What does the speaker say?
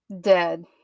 dead